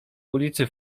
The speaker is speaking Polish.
ulicy